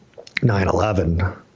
9-11